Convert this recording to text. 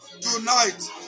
tonight